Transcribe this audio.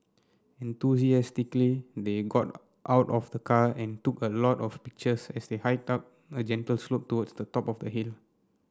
enthusiastically they got out of the car and took a lot of pictures as they hiked up a gentle slope towards the top of the hill